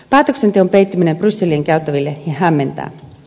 päätöksenteon peittyminen brysselin käytäville hämmentää